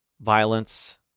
Violence